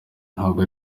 ntabwo